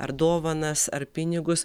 ar dovanas ar pinigus